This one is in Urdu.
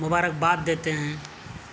مبارک باد دیتے ہیں